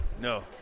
No